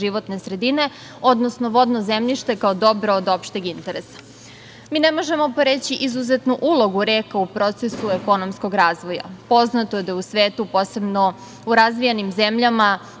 životne sredine, odnosno vodno zemljište, kao dobro od opšteg interesa. Mi ne možemo poreći izuzetnu ulogu reka u procesu ekonomskog razvoja. Poznato je da u svetu, posebno u razvijenim zemljama,